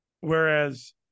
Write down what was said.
Whereas